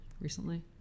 Recently